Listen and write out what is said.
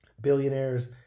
billionaires